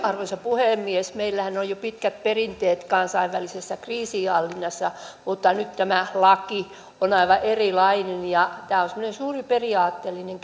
arvoisa puhemies meillähän on jo pitkät perinteet kansainvälisessä kriisinhallinnassa mutta nyt tämä laki on aivan erilainen ja tämä on semmoinen suuri periaatteellinen